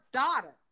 daughter